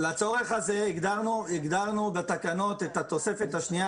לצורך זה הגדרנו בתקנות את התוספת השנייה,